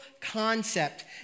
concept